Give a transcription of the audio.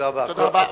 תודה רבה.